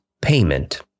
payment